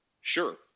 sure